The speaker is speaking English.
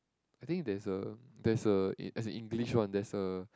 I think there's a there's a as in English one there's a